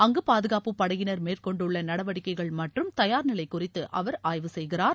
அங்கு பாதுகாப்பு படையினர் மேற்கொண்டுள்ள நடவடிக்கைகள் மற்றும் தயார்நிலை குறித்து அவர் ஆய்வு செய்கிறார்